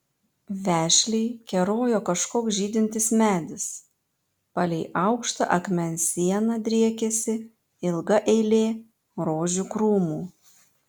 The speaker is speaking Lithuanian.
vešliai kerojo kažkoks žydintis medis palei aukštą akmens sieną driekėsi ilga eilė rožių krūmų